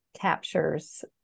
captures